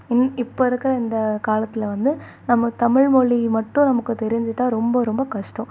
இந் இப்போ இருக்கிற இந்த காலத்தில் வந்து நம்ம தமிழ்மொழி மட்டும் நமக்கு தெரிஞ்சிட்டால் ரொம்ப ரொம்ப கஸ்டம்